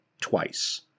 twice